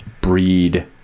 breed